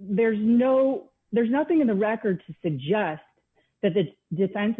there's no there's nothing in the record to suggest that the defense